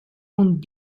und